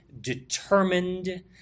determined